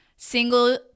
single